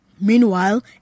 Meanwhile